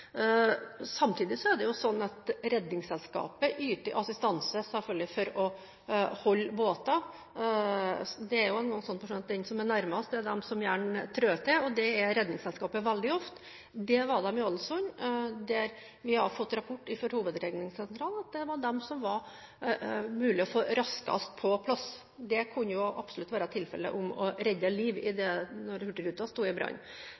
Samtidig yter selvfølgelig Redningsselskapet assistanse ved å holde båter. Det er jo slik på sjøen at de som er nærmest, er de som gjerne trår til – og det er Redningsselskapet veldig ofte. Det var de i Ålesund, der vi har fått rapport fra Hovedredningssentralen om at det var dem det var mulig å få raskest på plass. Det kunne jo absolutt være tilfellet å redde liv da hurtigruten sto i brann, og det ville tatt lengre tid med den båten som lå ved kai i